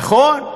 נכון.